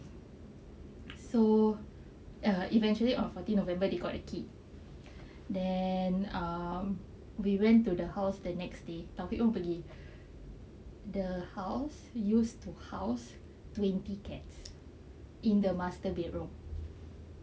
so err eventually on fourteen november they got the key then um we went to the house the next day taufik pun pergi the house used to house twenty cats in the master bedroom